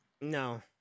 No